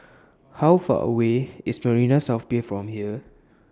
How Far away IS Marina South Pier from here